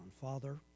Father